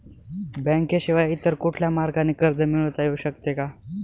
बँकेशिवाय इतर कुठल्या मार्गाने कर्ज मिळविता येऊ शकते का?